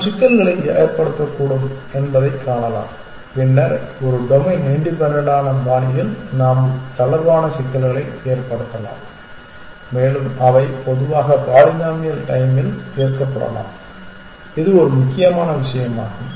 நாம் சிக்கல்களை ஏற்படுத்தக்கூடும் என்பதைக் காணலாம் பின்னர் ஒரு டொமைன் இண்டிபென்டன்டான பாணியில் நாம் தளர்வான சிக்கல்களை ஏற்படுத்தலாம் மேலும் அவை பொதுவாக பாலினாமியல் டைம்மில் தீர்க்கப்படலாம் இது ஒரு முக்கியமான விஷயமாகும்